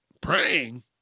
Praying